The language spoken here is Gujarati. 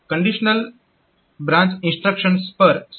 કંડીશનલ બ્રાન્ચ ઇન્સ્ટ્રક્શન સાઇન્ડ અથવા અનસાઇન્ડ હોઈ શકે છે